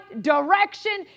direction